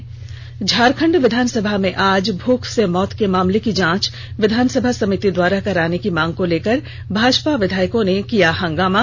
त् झारखंड विधानसभा में आज भूख से मौत के मामले की जांच विधानसभा समिति द्वारा कराने की मांग को लेकर भाजपा विधायकों ने किया हंगामा